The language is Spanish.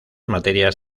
materias